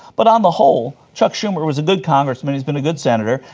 but on the whole, chuck schumer was a good congressman, he's been a good senator,